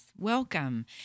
welcome